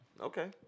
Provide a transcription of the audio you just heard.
Okay